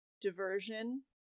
diversion